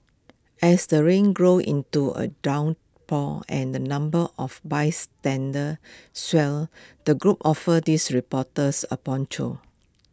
as the rain grew into A downpour and the number of bystanders swelled the group offered this reporters A poncho